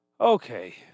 okay